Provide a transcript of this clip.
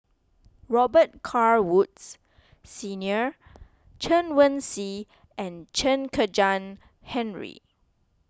Robet Carr Woods Senior Chen Wen Hsi and Chen Kezhan Henri